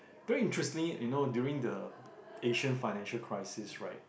very interesting you know during the Asian financial crisis right